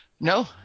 No